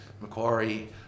Macquarie